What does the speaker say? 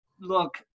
Look